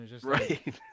right